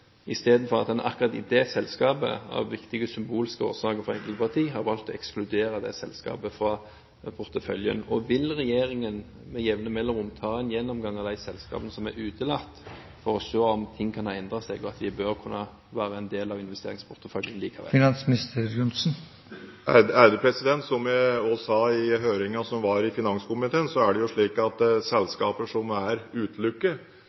istedenfor at en – av viktige symbolske årsaker for enkelte parti – har valgt å ekskludere akkurat det selskapet fra porteføljen? Vil regjeringen med jevne mellomrom ta en gjennomgang av de selskapene som er utelatt, for å se om ting kan ha endret seg, og at de bør kunne være en del av investeringsporteføljen likevel? Som jeg også sa i høringen som var i finanskomiteen, er det slik at